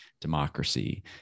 democracy